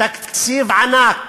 תקציב ענק,